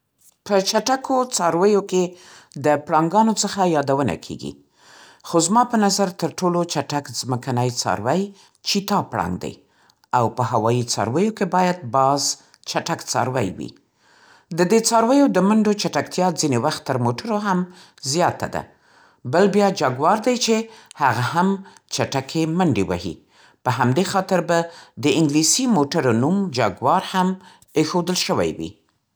په چټکو څارویو کې د پړانګانو څخه یادونه کېږي. خو زما په نظر تر ټولو چټک ځمکنی څاروی چیتا پړانګ دی. او په هوایي څارویو کې باید باز چټک څاروی وي. د دې څارویو د منډو چټکتیا ځیني وخت تر موټرو هم زیاته ده. بل بیا جاګوار دی چې هغه هم چټکې منډې وهي. په همدې خاطر به د انګلیسي موټرو نوم «جاګوار» هم اېښول شوی وي. ۱